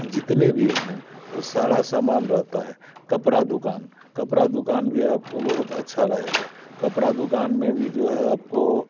जितने भी हैं वो सारा सामान रहता है कपड़ा दुकान कपड़ा दुकान भी आपको बहुत अच्छा रहेगा कपड़ा दुकान में भी जो है आपको